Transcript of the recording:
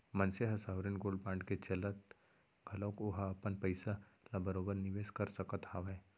मनसे ह sovereign gold bond के चलत घलोक ओहा अपन पइसा ल बरोबर निवेस कर सकत हावय